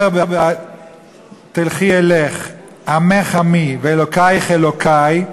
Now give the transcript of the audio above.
"באשר תלכי אלך, עמך עמי ואלוקיך אלוקי",